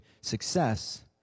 success